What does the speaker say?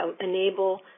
enable